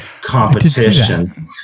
competition